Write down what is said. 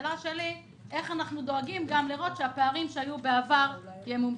השאלה שלי איך אנחנו דואגים לראות שהפערים שהיו בעבר ייסגרו.